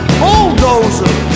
bulldozer